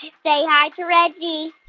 say hi to reggie